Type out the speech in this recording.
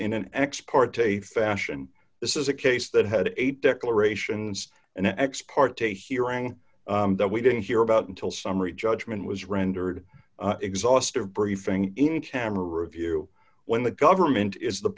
in an ex parte fashion this is a case that had eight declarations an ex parte hearing that we didn't hear about until summary judgment was rendered exhaustive briefing in camera view when the government is the